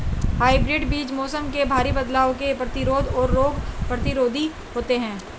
hybrid बीज मौसम में भारी बदलाव के प्रतिरोधी और रोग प्रतिरोधी होते हैं